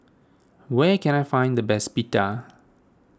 where can I find the best Pita